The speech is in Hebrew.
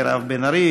מירב בן ארי,